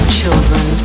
children